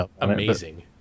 amazing